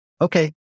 okay